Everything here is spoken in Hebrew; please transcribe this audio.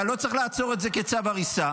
אתה לא צריך לעצור את זה כצו הריסה,